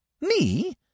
Me